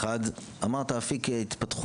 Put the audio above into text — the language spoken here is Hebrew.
אחת, אמרת הרי אפיק התפתחות